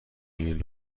این